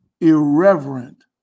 irreverent